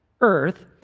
earth